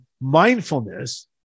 mindfulness